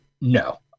no